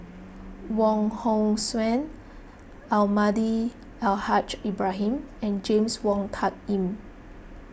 Wong Hong Suen Almahdi Al Haj Ibrahim and James Wong Tuck Yim